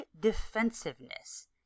defensiveness